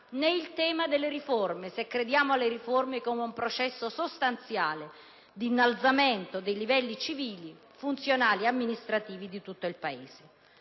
meno il tema delle riforme, se crediamo a queste come un processo sostanziale di innalzamento dei livelli civili, funzionali ed amministrativi di tutto il Paese.